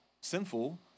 sinful